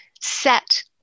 set